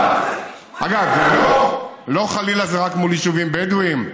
אגב, לא שחלילה זה רק מול יישובים בדואיים,